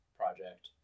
project